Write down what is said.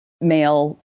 male